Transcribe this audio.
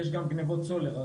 יש גם גניבות סולר,